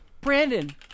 Brandon